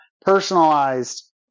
Personalized